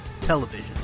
television